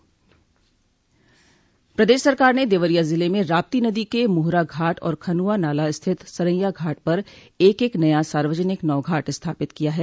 प्रदेश सरकार ने देवरिया ज़िले में राप्ती नदी के मोहरा घाट और खनआ नाला स्थित सरयां घाट पर एक एक नया सार्वजनिक नौघाट स्थापित किया है